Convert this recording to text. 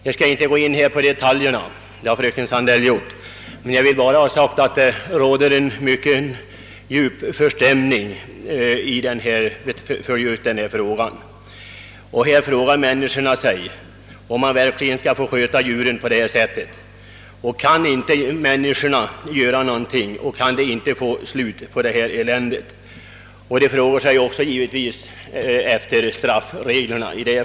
Jag skall inte gå in på detaljerna i det aktuella fallet — det har fröken Sandell redan gjort — utan jag vill bara ha sagt att det råder en mycket djup förstämning i bygden. Människorna undrar om man verkligen skall få sköta djur på detta sätt. Kan inte myndigheterna göra något för att få slut på eländet? Givetvis måste det ske efter gällande straffregler.